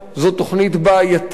זאת תוכנית בעייתית,